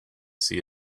see